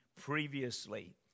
previously